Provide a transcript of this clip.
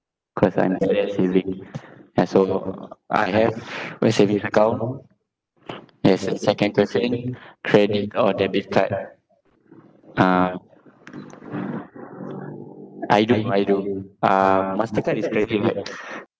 cause I'm bad at saving ya so I have one savings account K second question credit or debit card uh I do I do uh mastercard is credit card